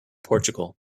portugal